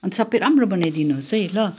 अन्त सबै राम्रो बनाइदिनुहोस् है ल